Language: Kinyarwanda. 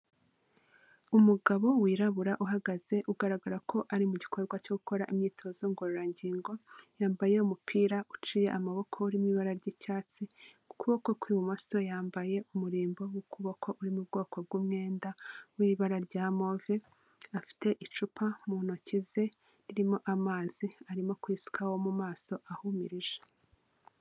Umugabo wirabura uhagaze, ugaragara ko ari mu gikorwa cyo gukora imyitozo ngororangingo, yambaye umupira uciye amaboko urimo ibara ry'icyatsi, ukuboko kw'ibumoso yambaye umurimbo w'ukubako uri mu bwoko bw'umwenda w'ibara rya move, afite icupa mu ntoki ze ririmo amazi, arimo kwisukaho mu maso ahumirije.